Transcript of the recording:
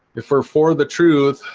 if we're for the truth,